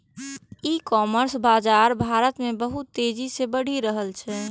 ई commerce बाजार भारत मे बहुत तेजी से बढ़ि रहल छै